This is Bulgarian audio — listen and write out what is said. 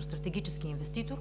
стратегически инвеститор.